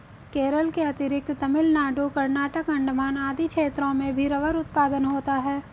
केरल के अतिरिक्त तमिलनाडु, कर्नाटक, अण्डमान आदि क्षेत्रों में भी रबर उत्पादन होता है